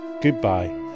Goodbye